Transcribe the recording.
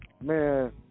man